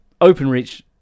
Openreach